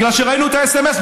בגלל שראינו את המסרון.